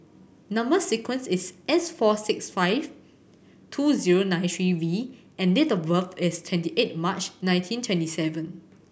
number sequence is S four six five two zero nine three V and date of birth is twenty eight March nineteen twenty seven